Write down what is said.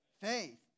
Faith